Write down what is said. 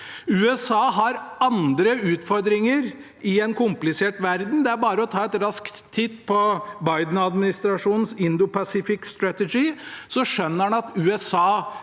USA har andre utfordringer i en komplisert verden. Det er bare å ta en rask titt på Biden-administrasjonens Indo-Pacific Strategy, så skjønner en at USA